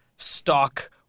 stock